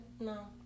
no